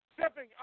Stepping